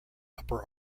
upper